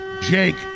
Jake